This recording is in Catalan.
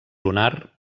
lunar